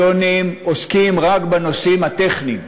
הקואליציוניים עוסקים רק בנושאים הטכניים.